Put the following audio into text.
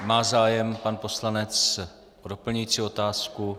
Má zájem pan poslanec o doplňující otázku?